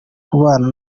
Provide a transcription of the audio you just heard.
kubana